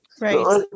right